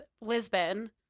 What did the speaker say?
lisbon